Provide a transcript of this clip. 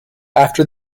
after